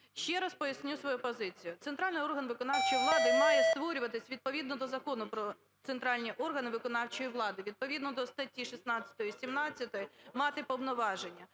Ще раз поясню свою позицію. Центральний орган виконавчої влади має створюватись відповідно до Закону "Про центральні органи виконавчої влади" відповідно до статті 16, 17 мати повноваження.